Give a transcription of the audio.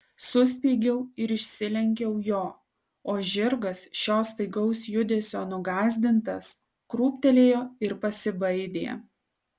suspiegiau ir išsilenkiau jo o žirgas šio staigaus judesio nugąsdintas krūptelėjo ir pasibaidė